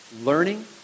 learning